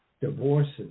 divorces